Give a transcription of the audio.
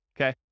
okay